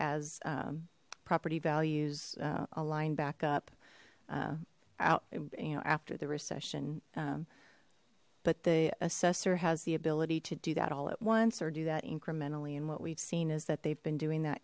as property values align back up out you know after the recession but the assessor has the ability to do that all at once or do that incrementally and what we've seen is that they've been doing that